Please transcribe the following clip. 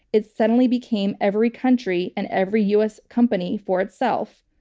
it suddenly became every country and every u. s. company for itself.